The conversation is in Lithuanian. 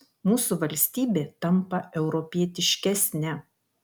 mūsų valstybė tampa europietiškesne